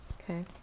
Okay